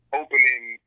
opening